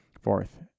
Fourth